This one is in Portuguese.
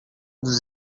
dos